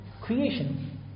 creation